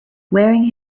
wearing